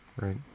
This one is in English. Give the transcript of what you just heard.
right